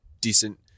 decent